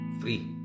free